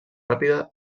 ràpida